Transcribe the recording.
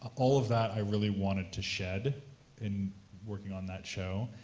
all of that, i really wanted to shed in working on that show,